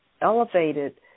elevated